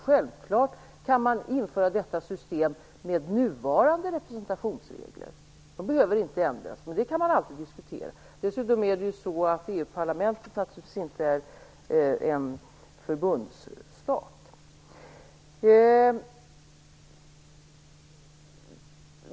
Självklart kan man införa detta system med nuvarande representationsregler - de behöver inte ändras, men det kan alltid diskuteras. Dessutom är EU-parlamentet naturligtvis inte en förbundsstat.